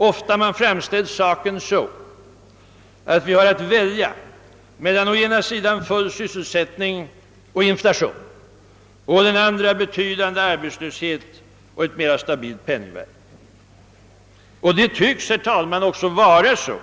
Ofta har man framställt saken så, att vi har att välja mellan å ena sidan full sysselsättning och inflation samt å den andra betydande arbetslöshet och ett mera stabilt penningvärde. Och det tycks, herr talman, också vara så,